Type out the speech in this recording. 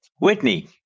Whitney